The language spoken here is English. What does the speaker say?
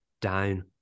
down